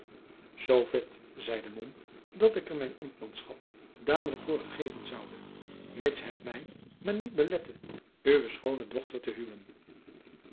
vet zeide mom dat ik er mijn ambtmanschap dadelijk voor geven zoude mits het mij maar niet belette uwe schoone dochter te huwen